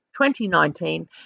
2019